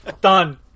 Done